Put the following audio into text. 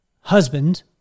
husband